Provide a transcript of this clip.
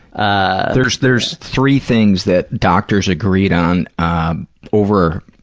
ah there's there's three things that doctors agreed on ah over,